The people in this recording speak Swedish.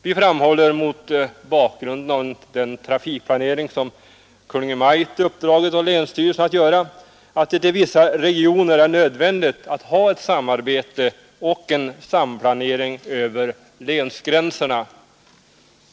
Vi framhåller, mot bakgrund av den trafikplanering Kungl. Maj:t uppdragit åt länsstyrelserna att göra, att det i vissa regioner är nödvändigt att ha ett samarbete och en samplanering över länsgränserna.